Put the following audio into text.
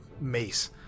mace